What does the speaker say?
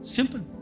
Simple